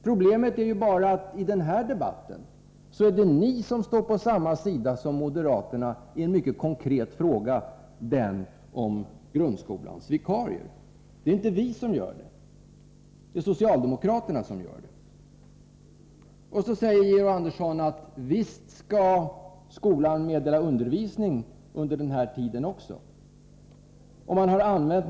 Problemet är bara att det i denna debatt är ni som i en mycket konkret fråga står på samma sida som moderaterna, nämligen i frågan om grundskolans vikarier. Det är inte vi som gör det, utan socialdemokraterna. Georg Andersson framhåller vidare att skolan visst skall meddela under visning också under den tid som vi här talat om.